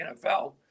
NFL